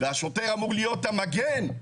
והשוטר אמור להיות המגן,